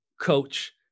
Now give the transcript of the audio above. coach